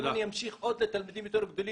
אם אני אמשיך עוד לתלמידים יותר גדולים,